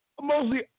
mostly